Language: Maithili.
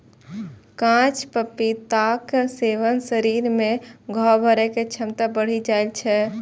कांच पपीताक सेवन सं शरीर मे घाव भरै के क्षमता बढ़ि जाइ छै